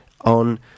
on